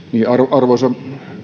arvoisa